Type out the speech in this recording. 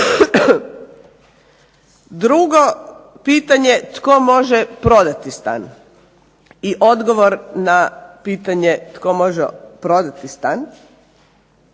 Drugo pitanje, tko može prodati stan i odgovor na pitanje tko može prodati stan.